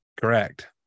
Correct